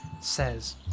says